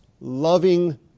loving